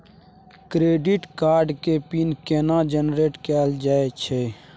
Credit card के PIN केना generate कैल जाए छै?